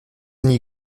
nie